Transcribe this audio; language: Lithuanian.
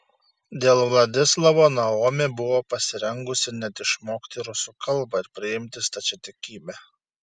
dėl vladislavo naomi buvo pasirengusi net išmokti rusų kalbą ir priimti stačiatikybę